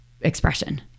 expression